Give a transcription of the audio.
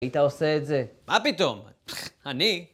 היית עושה את זה. מה פתאום? אני.